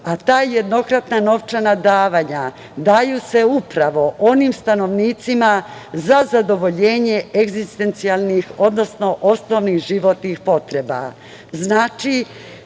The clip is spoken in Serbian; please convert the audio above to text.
a ta jednokratna novčana davanja daju se upravo onim stanovnicima za zadovoljenje egzistencijalnih, odnosno osnovnih životnih potreba. Znači,